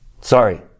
Sorry